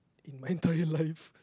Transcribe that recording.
in my entire life